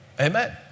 Amen